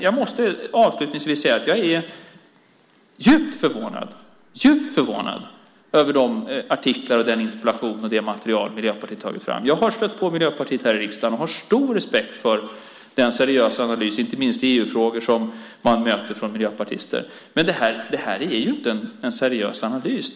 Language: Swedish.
Jag måste avslutningsvis säga att jag är djupt förvånad över de artiklar, den interpellation och det material Miljöpartiet har tagit fram. Jag har stött på Miljöpartiet här i riksdagen och har stor respekt för den seriösa analys, inte minst i EU-frågor, som man möter från miljöpartister. Men det här är inte en seriös analys.